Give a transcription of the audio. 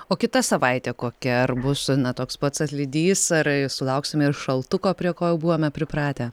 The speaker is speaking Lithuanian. o kita savaitė kokia ar bus na toks pats atlydys ar sulauksime ir šaltuko prie ko jau buvome pripratę